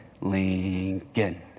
Lincoln